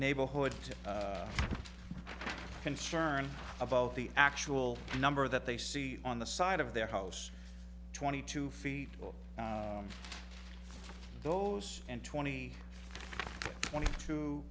neighborhood concern about the actual number that they see on the side of their house twenty two feet those and twenty twenty two